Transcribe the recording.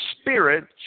spirit